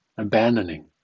Abandoning